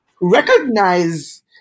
recognize